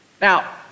Now